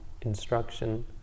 instruction